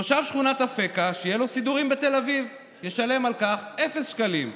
תושב שכונת אפקה שיהיו לו סידורים בתל אביב ישלם על כך אפס שקלים,